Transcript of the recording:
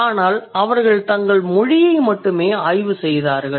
ஆனால் அவர்கள் தங்கள் மொழியை மட்டுமே ஆய்வு செய்தார்கள்